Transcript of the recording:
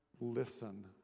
Listen